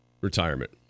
retirement